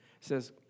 says